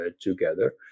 together